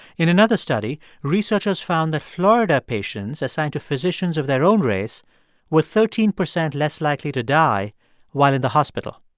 in another study, researchers found that florida patients assigned to physicians of their own race were thirteen percent less likely to die while in the hospital.